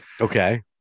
Okay